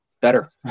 better